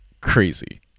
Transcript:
crazy